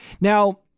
Now